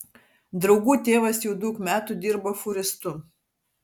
draugų tėvas jau daug metų dirba fūristu